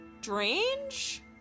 strange